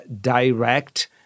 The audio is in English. direct